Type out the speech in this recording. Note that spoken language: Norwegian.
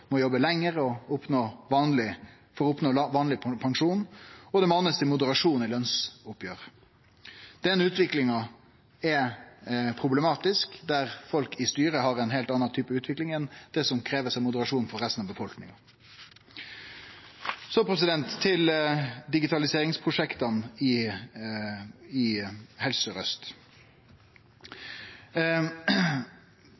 må jobbe lenger for å oppnå vanleg pensjon, og at det blir mana til moderasjon i lønsoppgjer. Det er problematisk at folk i styra har ein heilt annan type utvikling enn det som blir kravd av moderasjon frå resten av befolkninga. Så til digitaliseringsprosjekta i Helse